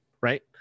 right